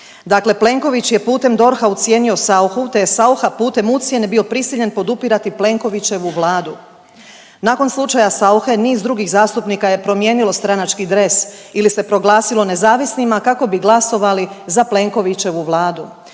Dakle, Plenković je putem DORH-a ucijenio Sauchu, te je Saucha putem ucjene bio prisiljen podupirati Plenkovićevu Vladu. Nakon slučaja Sauche niz drugih zastupnika je promijenilo stranački dres ili se proglasilo nezavisnima kako bi glasovali za Plenkovićevu Vladu.